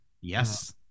Yes